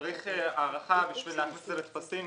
צריך הארכה בשביל לענות על הטפסים.